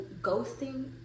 ghosting